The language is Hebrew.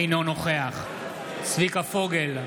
אינו נוכח צביקה פוגל,